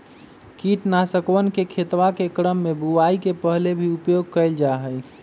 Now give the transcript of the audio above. कीटनाशकवन के खेतवा के क्रम में बुवाई के पहले भी उपयोग कइल जाहई